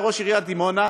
שהיה ראש עיריית דימונה.